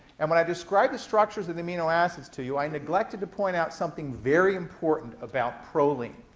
and when i described the structures of the amino acids to you, i neglected to point out something very important about proline.